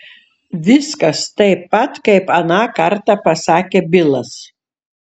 viskas taip pat kaip aną kartą pasakė bilas